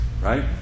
right